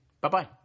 Bye-bye